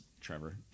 trevor